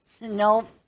No